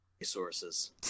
resources